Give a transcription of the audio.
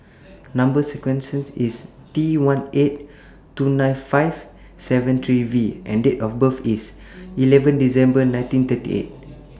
Number sequence IS T one eight two nine five seven three V and Date of birth IS eleven December nineteen thirty eight